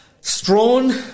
Strawn